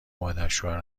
مادرشوهر